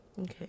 Okay